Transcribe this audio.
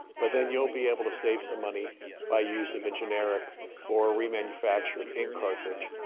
but then you'll be able to save some money by using a generic or remanufactured ink cartridge.